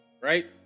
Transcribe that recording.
Right